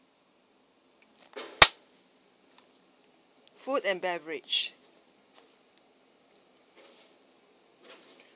food and beverage